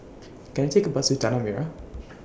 Can I Take A Bus to Tanah Merah